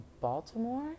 Baltimore